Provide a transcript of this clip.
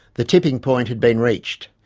the tipping point had been reached.